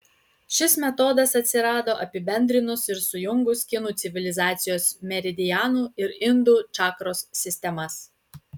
šis metodas atsirado apibendrinus ir sujungus kinų civilizacijos meridianų ir indų čakros sistemas